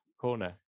corner